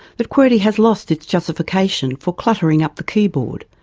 that qwerty has lost its justification for cluttering up the keyboard,